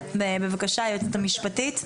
בבקשה, היועצת המשפטית.